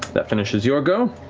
that finishes your go.